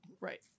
Right